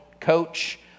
coach